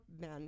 men